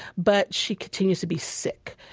but she continues to be sick.